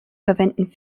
verwenden